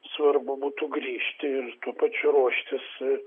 svarbu būtų grįžti ir ypač ruoštis